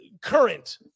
current